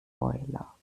boiler